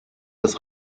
das